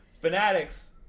Fanatics